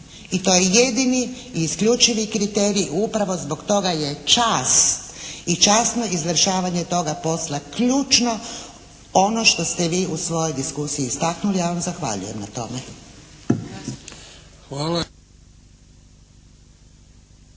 I to je jedini i isključivi kriterij i upravo zbog toga je čast i časno izvršavanje toga posla ključno. Ono što ste vi u svojoj diskusiji istaknuli ja vam zahvaljujem na tome.